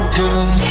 good